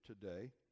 today